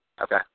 Okay